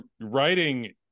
writing